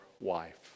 wife